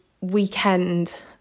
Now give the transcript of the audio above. weekend